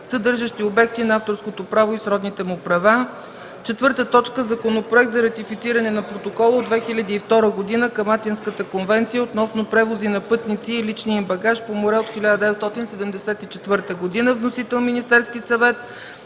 съдържащи обекти на авторското право и сродните му права. 4. Законопроект за ратифициране на Протокола от 2002 г. към Атинската конвенция относно превоза на пътници и личния им багаж по море от 1974 г. Вносител: Министерският съвет.